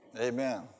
Amen